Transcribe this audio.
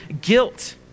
guilt